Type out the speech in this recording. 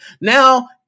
Now